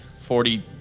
Forty